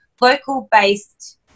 local-based